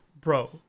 bro